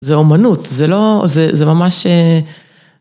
זה אומנות, זה לא, זה ממש...